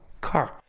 car